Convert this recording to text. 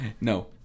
No